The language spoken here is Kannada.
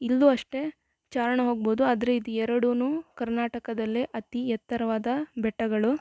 ಇಲ್ಲೂ ಅಷ್ಟೆ ಚಾರಣ ಹೋಗ್ಬೋದು ಆದರೆ ಇದು ಎರಡುನೂ ಕರ್ನಾಟಕದಲ್ಲೇ ಅತೀ ಎತ್ತರವಾದ ಬೆಟ್ಟಗಳು